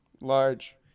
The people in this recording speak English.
large